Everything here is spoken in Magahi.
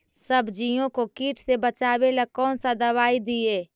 सब्जियों को किट से बचाबेला कौन सा दबाई दीए?